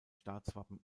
staatswappen